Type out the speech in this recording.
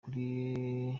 kuri